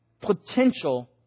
potential